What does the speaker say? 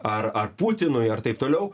ar ar putinui ar taip toliau